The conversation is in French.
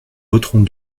voterons